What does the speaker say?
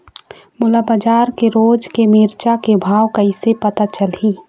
मोला बजार के रोज के मिरचा के भाव कइसे पता चलही?